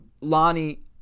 Lonnie